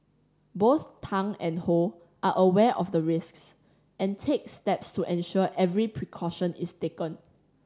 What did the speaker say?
both Tang and Ho are aware of the risks and take steps to ensure every precaution is taken